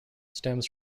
stems